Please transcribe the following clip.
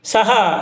Saha